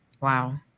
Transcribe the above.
Wow